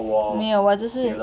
没有我只是